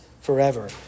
forever